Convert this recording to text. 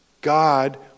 God